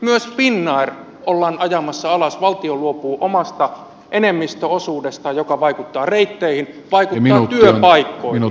myös finnair ollaan ajamassa alas valtio luopuu omasta enemmistöosuudestaan mikä vaikuttaa reitteihin vaikuttaa työpaikkoihin